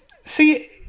see